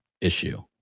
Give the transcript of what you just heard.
issue